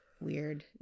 weird